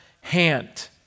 hand